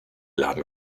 laden